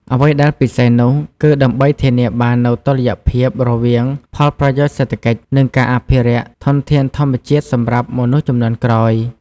អ្វីដែលពិសេសនោះ គឺដើម្បីធានាបាននូវតុល្យភាពរវាងផលប្រយោជន៍សេដ្ឋកិច្ច និងការអភិរក្សធនធានធម្មជាតិសម្រាប់មនុស្សជំនាន់ក្រោយ។